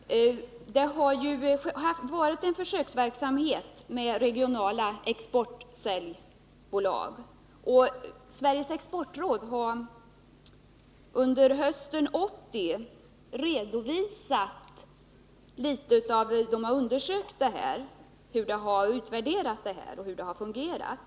Fru talman! Det har ju varit en försöksverksamhet med regionala exportsäljbolag. Sveriges exportråd har under hösten 1980 redovisat hur det har undersökt och utvärderat detta och hur det hela har fungerat.